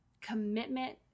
commitment